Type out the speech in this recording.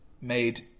made